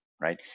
Right